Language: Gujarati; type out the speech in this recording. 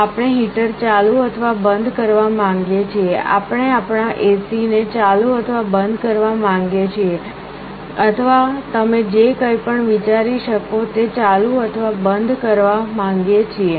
આપણે હીટર ચાલુ અથવા બંધ કરવા માગીએ છીએ આપણે આપણા AC ને ચાલુ અથવા બંધ કરવા માગીએ છીએ અથવા તમે જે કંઈ પણ વિચારી શકો તે ચાલુ અથવા બંધ કરવા માગીએ છીએ